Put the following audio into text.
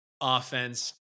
offense